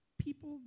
people